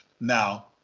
Now